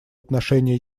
отношении